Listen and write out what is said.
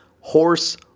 Horse